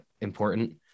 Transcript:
important